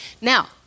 Now